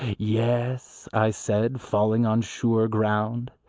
yes, i said, falling on sure ground,